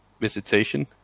Visitation